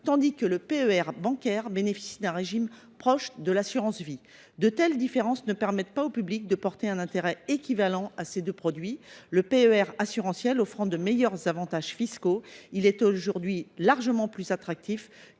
tandis que le PER assurantiel bénéficie d’un régime proche de l’assurance vie. De telles différences ne permettent pas au public de porter un intérêt équivalent à ces deux produits. Le plan d’épargne retraite assurantiel offrant de meilleurs avantages fiscaux, il est aujourd’hui largement plus attractif